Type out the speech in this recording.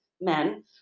men